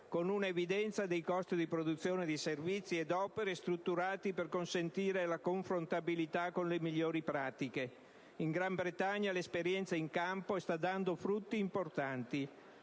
con una evidenza dei costi di produzione di servizi ed opere, strutturati per consentire la confrontabilità con le migliori pratiche. In Gran Bretagna, l'esperienza è in campo, e sta dando frutti importanti.